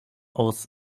aus